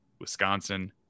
Wisconsin